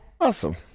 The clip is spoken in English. awesome